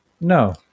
no